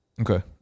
Okay